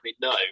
no